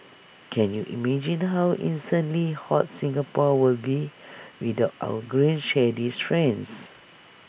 can you imagine how insanely hot Singapore would be without our green shady friends